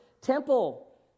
temple